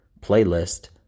playlist